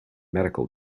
medical